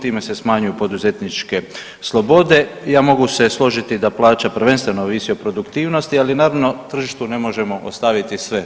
Time se smanjuju poduzetničke slobode, ja mogu se složiti da plaća prvenstveno ovisi o produktivnosti, ali naravno, tržištu ne možemo ostaviti sve.